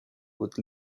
would